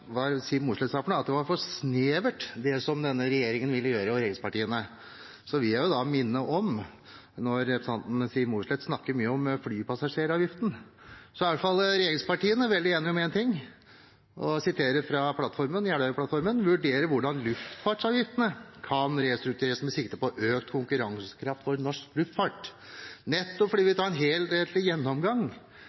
var for snevert det de ville gjøre, vil jeg minne om at når Siv Mossleth snakker mye om flypassasjeravgiften, er i hvert fall regjeringspartiene veldig enige om én ting, at man skal – og jeg siterer fra Jeløya-plattformen – «vurdere hvordan luftfartsavgiftene kan restruktureres med sikte på økt konkurransekraft for norsk luftfart». Og det er nettopp fordi vi tar en helhetlig gjennomgang,